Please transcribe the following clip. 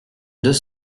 deux